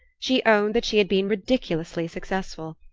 she owned that she had been ridiculously successful.